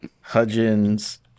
Hudgens